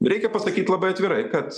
reikia pasakyt labai atvirai kad